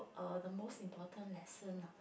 uh the most important lesson ah